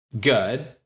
good